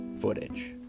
footage